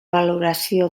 valoració